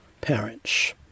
parents